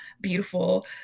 beautiful